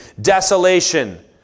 desolation